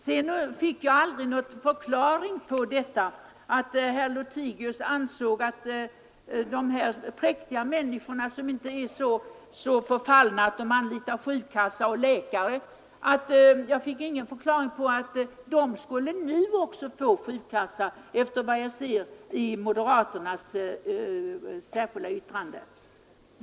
Jag fick aldrig någon förklaring på hur det kunde komma sig att de präktiga människor, som enligt herr Lothigius inte är så förfallna att de anlitar försäkringskassan och läkare, nu också skulle omfattas av sjukförsäkringen enligt moderaternas särskilda yttrande.